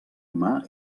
humà